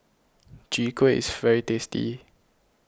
Chwee Kueh is very tasty